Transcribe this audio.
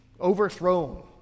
overthrown